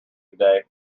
today